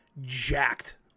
jacked